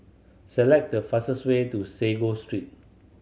select the fastest way to Sago Street